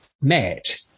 met